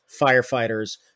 firefighters